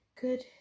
good